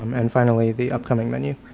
um and finally the upcoming menu.